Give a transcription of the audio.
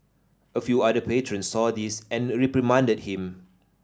a few other patrons saw this and reprimanded him